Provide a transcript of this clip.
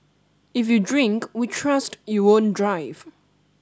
if you drink we trust you won't drive